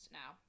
now